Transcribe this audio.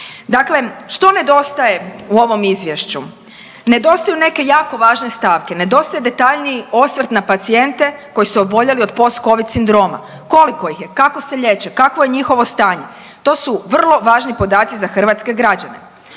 Dakle, što nedostaje u ovom izvješću? Nedostaju neke jako važne stavke. Nedostaje detaljniji osvrt na pacijente koji su oboljeli od post covid sindroma. Koliko ih je? Kako se liječe? Kakvo je njihovo stanje? To su vrlo važni podaci za hrvatske građane.